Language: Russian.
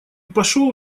пошел